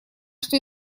что